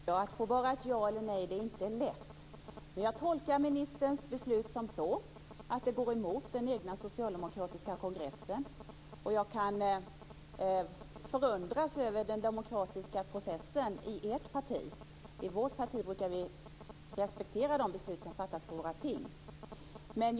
Herr talman! Att få bara ett ja eller ett nej är inte lätt. Jag tolkar ministerns beslut som så att det går emot den egna socialdemokratiska kongressen, och jag kan förundras över den demokratiska processen i ert parti. I vårt parti brukar vi respektera de beslut som fattas på våra ting.